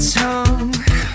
tongue